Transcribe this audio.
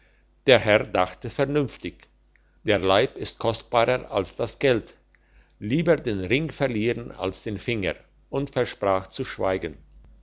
der herr dachte vernünftig der leib ist kostbarer als das geld lieber den ring verloren als den finger und versprach zu schweigen